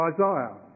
Isaiah